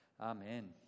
Amen